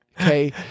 Okay